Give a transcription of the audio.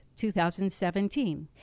2017